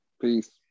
Peace